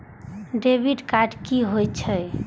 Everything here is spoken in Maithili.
डैबिट कार्ड की होय छेय?